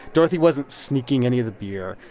dorothy wasn't sneaking any of the beer,